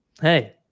Hey